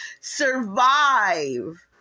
survive